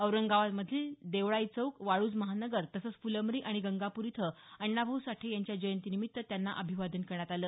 औरंगाबादमधील देवळाई चौक वाळूज महानगर तसंच फुलंब्री आणि गंगापूर इथं अण्णाभाऊ साठे यांच्या जयंतीनिमित्त त्यांना अभिवादन करण्यात आलं